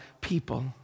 people